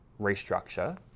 restructure